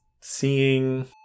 seeing